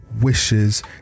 wishes